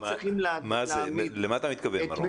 לא צריכים להעמיד את --- למה אתה מתכוון מירום,